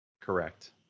correct